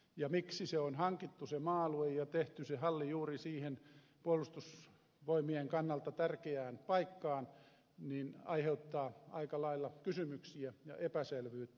se miksi se maa alue on hankittu ja tehty se halli juuri siihen puolustusvoimien kannalta tärkeään paikkaan aiheuttaa aika lailla kysymyksiä ja epäselvyyttä